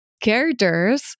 characters